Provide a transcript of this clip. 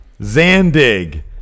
Zandig